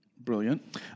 Brilliant